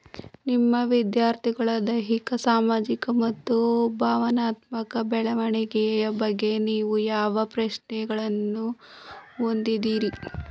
ನಿಮ್ಮ ವಿದ್ಯಾರ್ಥಿಗಳ ದೈಹಿಕ ಸಾಮಾಜಿಕ ಮತ್ತು ಭಾವನಾತ್ಮಕ ಬೆಳವಣಿಗೆಯ ಬಗ್ಗೆ ನೀವು ಯಾವ ಪ್ರಶ್ನೆಗಳನ್ನು ಹೊಂದಿದ್ದೀರಿ?